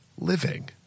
living